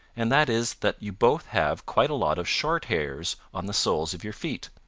and that is that you both have quite a lot of short hairs on the soles of you feet.